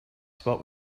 spot